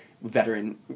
veteran